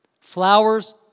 Flowers